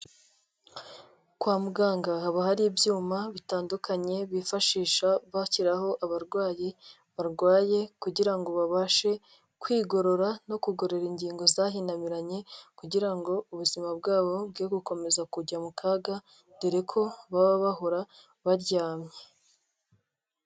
Kwa muganga haba hari ibyuma bitandukanye bifashisha bashyiraho abarwayi barwaye kugira ngo babashe kwigorora no kugorora ingingo zahinamiranye kugira ngo ubuzima bwabo bwe gukomeza kujya mu kaga dore ko baba bahora baryamye.